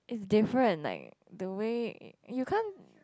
is different like the way you can't